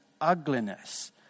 ugliness